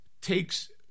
takes